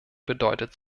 bedeutet